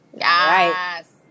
yes